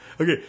Okay